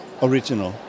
original